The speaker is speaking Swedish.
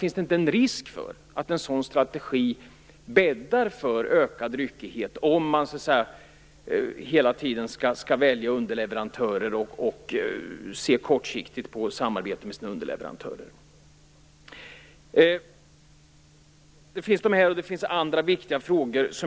Finns det inte en risk för att en sådan strategi bäddar för ökad ryckighet, om man hela tiden skall välja underleverantörer och se kortsiktigt på samarbetet med dem? Jag tycker att man måste ställa dessa och andra viktiga frågor.